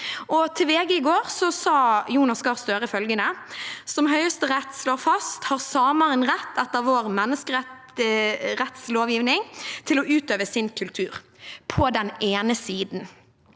Til VG i går sa Jonas Gahr Støre følgende: «Som Høyesterett slår fast har samer en rett etter vår menneskerettlovgivning, til å utøve sin kultur. På den ene siden.